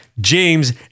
James